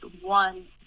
one